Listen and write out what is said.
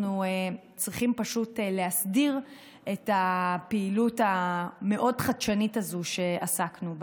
אנחנו צריכים פשוט להסדיר את הפעילות המאוד-חדשנית הזו שעסקנו בה.